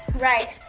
right,